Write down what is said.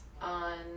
On